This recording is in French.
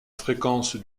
fréquence